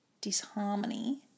disharmony